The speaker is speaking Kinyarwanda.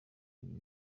ibyo